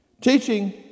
Teaching